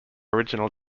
original